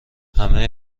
همه